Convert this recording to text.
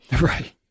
Right